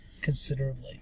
considerably